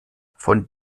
von